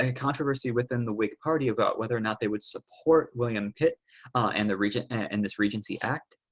ah controversy within the whig party about whether or not they would support william pit and the region and this regency act.